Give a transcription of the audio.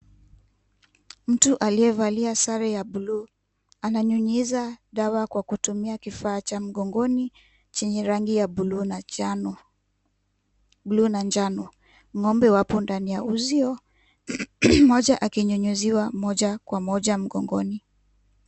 Mtu aliyevalia sare ya buluu ananyunyiza dawa kwa kutumia kifaa cha mgongoni chenye rangi ya buluu na njano. Ng'ombe wapo ndani ya uzio mmoja akinyunyiziwa moja kwa moja mgongoni.